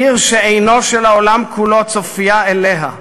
עיר שעינו של העולם כולו צופייה אליה.